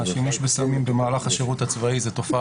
שימוש בסמים במהלך השירות הצבאי זה תופעה